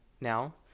now